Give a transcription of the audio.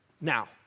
now